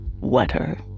wetter